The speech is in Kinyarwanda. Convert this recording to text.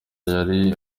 yari